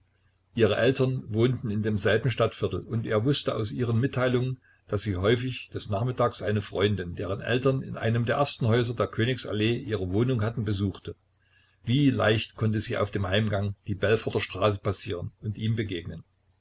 ihre eltern wohnten in demselben stadtviertel und er wußte aus ihren mitteilungen daß sie häufig des nachmittags eine freundin deren eltern in einem der ersten häuser der königs allee ihre wohnung hatten besuchte wie leicht konnte sie auf dem heimgang die belforter straße passieren und ihm begegnen